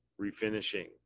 refinishing